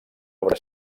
obra